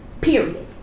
period